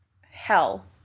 hell